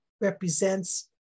represents